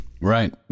Right